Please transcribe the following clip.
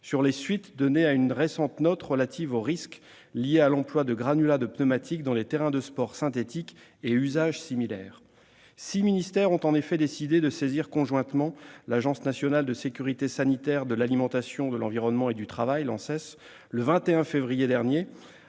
sur les suites données à une récente note relative aux risques liés à l'emploi de granulats de pneumatiques dans les terrains de sport synthétiques et usages similaires. Six ministères ont en effet décidé de saisir conjointement l'Agence nationale de sécurité sanitaire de l'alimentation, de l'environnement et du travail, l'ANSES, le 21 février 2018,